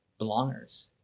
belongers